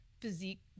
physique